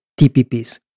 TPPs